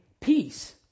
peace